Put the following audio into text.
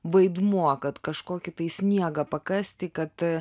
vaidmuo kad kažkokį tai sniegą pakasti kad